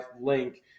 link